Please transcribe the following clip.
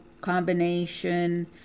combination